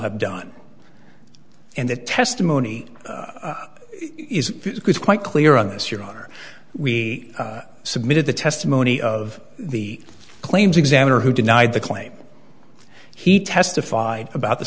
have done and the testimony is quite clear on this your honor we submitted the testimony of the claims examiner who denied the claim he testified about the